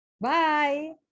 Bye